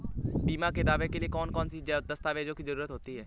बीमा के दावे के लिए कौन कौन सी दस्तावेजों की जरूरत होती है?